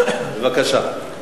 בבקשה.